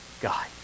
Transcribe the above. God